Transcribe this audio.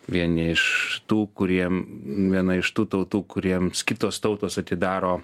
vieni iš tų kuriem viena iš tų tautų kuriems kitos tautos atidaro